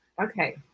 Okay